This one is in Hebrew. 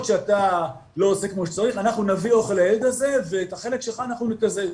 שאתה לא עושה כמו שצריך נביא אוכל לילד הזה ואת החלק שלך נקזז'.